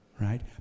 Right